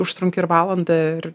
užtrunki ir valandą ir